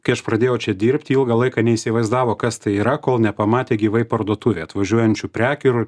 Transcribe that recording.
kai aš pradėjau čia dirbt ilgą laiką neįsivaizdavo kas tai yra kol nepamatė gyvai į parduotuvę atvažiuojančių prekių ir